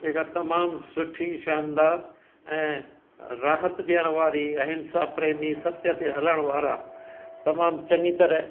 जेका तमामु सुठी शानदारु ऐं राहतु ॾियण वारी अहिंसा प्रेमी सत्य ते हलण वारा तमामु चङी तरह